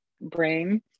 brain